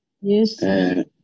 Yes